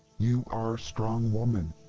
you are strong woman.